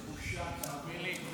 איזו בושה, תאמין לי.